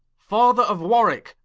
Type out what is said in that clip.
father of warwicke,